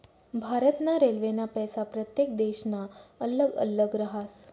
भारत ना रेल्वेना पैसा प्रत्येक देशना अल्लग अल्लग राहस